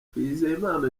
twizeyimana